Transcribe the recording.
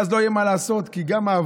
ואז לא יהיה מה לעשות, כי את האבקה